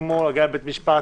כמו הגעה לבית משפט,